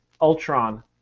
Ultron